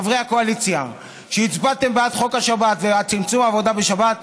חברי הקואליציה שהצבעתם בעד חוק השבת וצמצום עבודה בשבת,